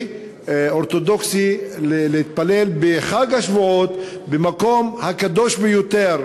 אורתודוקסי להתפלל בחג השבועות במקום הקדוש ביותר,